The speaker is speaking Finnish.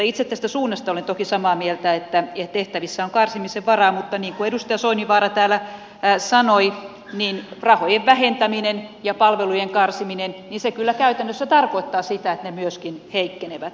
itse tästä suunnasta olen toki samaa mieltä siitä että tehtävissä on karsimisen varaa mutta niin kuin edustaja soininvaara täällä sanoi rahojen vähentäminen ja palvelujen karsiminen kyllä käytännössä tarkoittaa sitä että palvelut myöskin heikkenevät